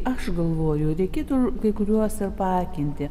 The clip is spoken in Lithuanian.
aš galvoju reikėtų kai kuriuos apakinti